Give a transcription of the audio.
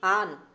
on